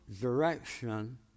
direction